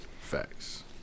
facts